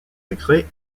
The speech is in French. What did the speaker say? secrets